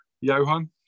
Johan